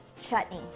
chutney